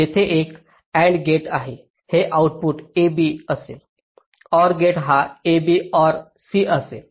तेथे एक AND gate आहे हे आउटपुट ab असेल OR गेट हा ab OR c असेल